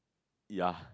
ya